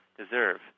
deserve